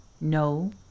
No